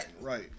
Right